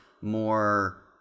more